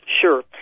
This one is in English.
Sure